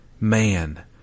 Man